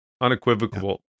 unequivocal